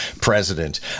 president